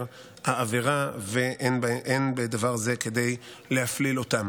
העבירה ואין בדבר זה כדי להפליל אותם.